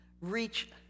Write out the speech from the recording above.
reach